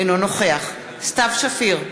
אינו נוכח סתיו שפיר,